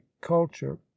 culture